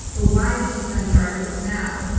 but why did she send the articles now?